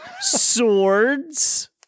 swords